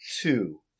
two